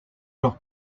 los